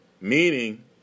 meaning